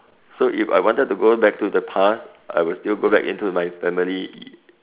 so if I wanted to go back to the past I will still go back into my family